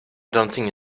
dancing